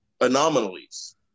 anomalies